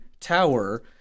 tower